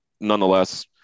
nonetheless